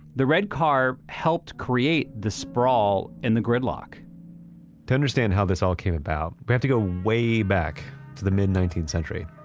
the red car helped to create the sprawl and the gridlock to understand how this all came about, we have to go way back to the mid nineteenth century.